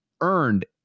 earned